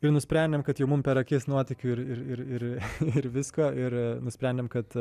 ir nusprendėm kad jau mum per akis nuotykių ir ir ir visko ir nusprendėm kad